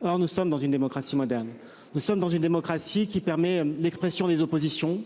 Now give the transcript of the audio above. Alors nous sommes dans une démocratie moderne. Nous sommes dans une démocratie qui permet l'expression des oppositions